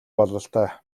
бололтой